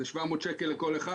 זה 700 שקלים לכל אחד,